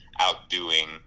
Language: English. outdoing